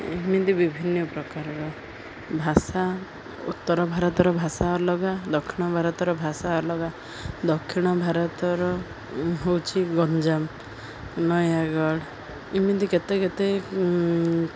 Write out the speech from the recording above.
ଏମିତି ବିଭିନ୍ନ ପ୍ରକାରର ଭାଷା ଉତ୍ତର ଭାରତର ଭାଷା ଅଲଗା ଦକ୍ଷିଣ ଭାରତର ଭାଷା ଅଲଗା ଦକ୍ଷିଣ ଭାରତର ହଉଛି ଗଞ୍ଜାମ ନୟାଗଡ଼ ଏମିତି କେତେ କେତେ